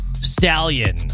stallion